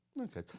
Okay